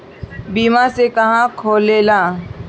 बीमा से का होखेला?